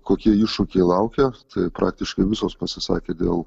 kokie iššūkiai laukia praktiškai visos pasisakė dėl